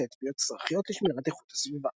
לתביעות אזרחיות לשמירת איכות הסביבה.